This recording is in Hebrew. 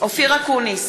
אופיר אקוניס,